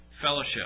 fellowship